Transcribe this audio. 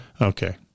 Okay